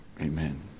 Amen